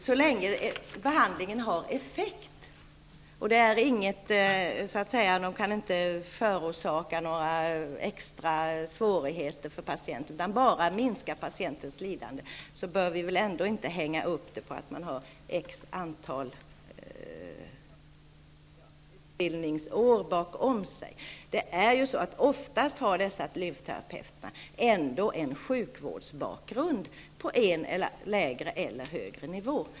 Så länge behandlingen har effekt och inga extra svårigheter kan förorsakas patienten utan endast minskning av lidande åtstadkoms, bör vi väl inte hänga upp det hela på hur många utbildningsår man har bakom sig. Oftast har dessa lymfterapeuter ändå en sjukvårdsbakgrund på lägre eller högre nivå.